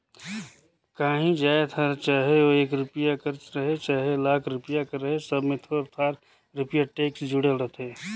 काहीं जाएत हर चहे ओ एक रूपिया कर रहें चहे लाख रूपिया कर रहे सब में थोर थार रूपिया टेक्स जुड़ल रहथे